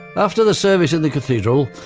after the service in the cathedral,